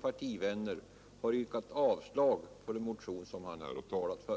partivänner — har yrkat avslag på den motion som herr Svanström här har talat för.